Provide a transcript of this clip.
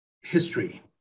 history